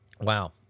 Wow